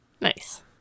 nice